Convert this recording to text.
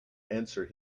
answer